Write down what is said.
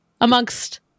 amongst